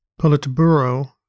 Politburo